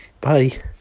Bye